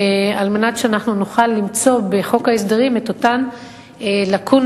כדי שאנחנו נוכל למצוא בחוק ההסדרים את אותן לקונות,